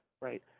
right